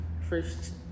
first